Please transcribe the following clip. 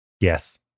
Yes